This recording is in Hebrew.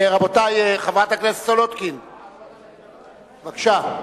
חברת הכנסת סולודקין, בבקשה.